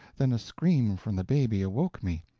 then a scream from the baby awoke me,